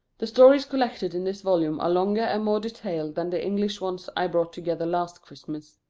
the stories collected in this volume are longer and more detailed than the english ones i brought together last christmas.